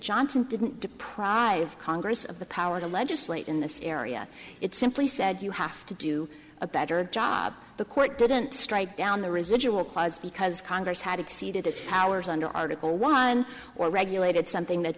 johnson didn't deprive congress of the power to legislate in this area it simply said you have to do a better job the court didn't strike down the residual clause because congress had exceeded its powers under article one or regulated something that